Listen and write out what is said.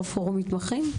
יו"ר פורום מתמחים.